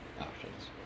options